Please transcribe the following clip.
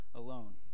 alone